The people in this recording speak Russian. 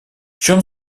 чем